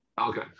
Okay